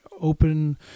open